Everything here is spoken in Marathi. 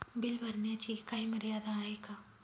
बिल भरण्याची काही मर्यादा आहे का?